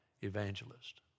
evangelist